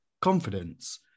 confidence